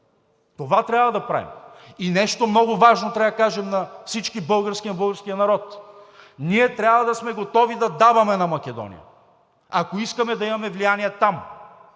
Това трябва да правим! И нещо много важно трябва да кажем на всички българи, на българския народ: ние трябва да сме готови да даваме на Македония, ако искаме да имаме влияние там!